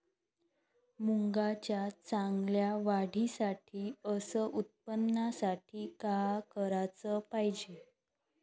मुंगाच्या चांगल्या वाढीसाठी अस उत्पन्नासाठी का कराच पायजे?